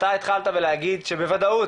אתה התחלת להגיד שבוודאות,